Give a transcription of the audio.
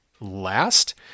last